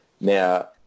now